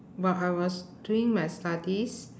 while I was doing my studies